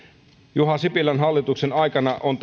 juha sipilän hallituksen toiminnan tavoite on